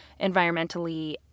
environmentally